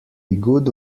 good